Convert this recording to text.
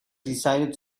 decided